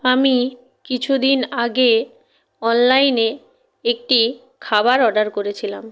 আমি কিছুদিন আগে অনলাইনে একটি খাবার অর্ডার করেছিলাম